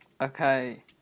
okay